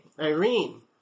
Irene